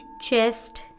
chest